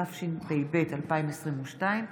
התשפ"ב 2022,